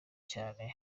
cyane